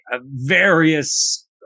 various